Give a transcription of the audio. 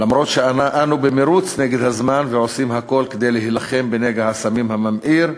למרות שאנו במירוץ נגד הזמן ועושים הכול כדי להילחם בנגע הסמים הממאיר,